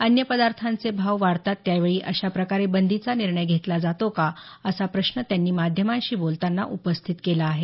अन्य पदार्थांचे भाव वाढतात त्या वेळी अशाप्रकारे बंदीचा निर्णय घेतले जातात का असा प्रश्न त्यांनी माध्यमांशी बोलताना उपस्थित केला आहे